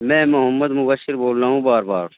میں محمد مبشر بول رہا ہوں بار بار